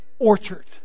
orchard